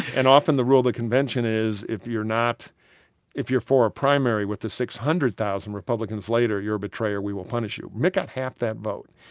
and often the rule the convention convention is, if you're not if you're for a primary with the six hundred thousand republicans later, you're a betrayer we will punish you. mitt got half that vote.